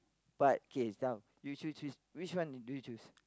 but okay it's dumb you to choose which do you choose